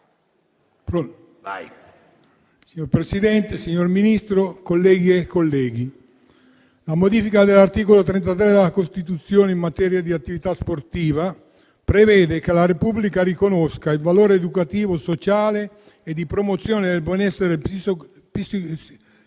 Signor Presidente, signor Ministro, colleghe e colleghi, la modifica dell'articolo 33 della Costituzione in materia di attività sportiva prevede che la Repubblica riconosca il valore educativo, sociale e di promozione del benessere psicofisico